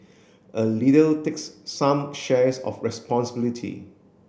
a leader takes some shares of responsibility